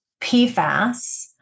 PFAS